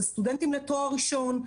ואלה סטודנטים לתואר ראשון,